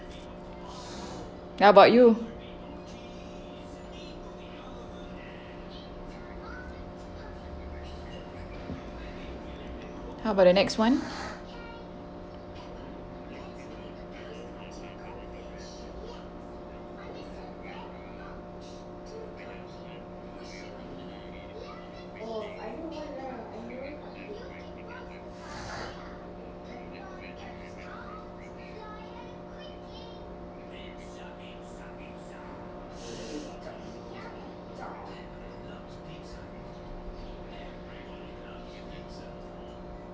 how about you how about the next one